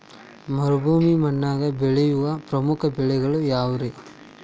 ಮರುಭೂಮಿ ಮಣ್ಣಾಗ ಬೆಳೆಯೋ ಪ್ರಮುಖ ಬೆಳೆಗಳು ಯಾವ್ರೇ?